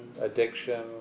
addiction